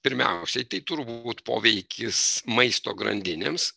pirmiausiai tai turbūt poveikis maisto grandinėms